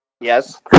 Yes